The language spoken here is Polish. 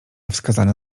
wskazany